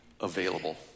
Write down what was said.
available